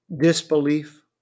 disbelief